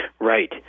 Right